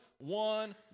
one